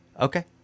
okay